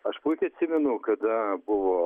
aš puikiai atsimenu kada buvo